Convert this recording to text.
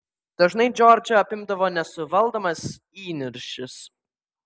dažnai džordžą apimdavo nesuvaldomas įniršis